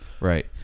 right